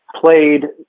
played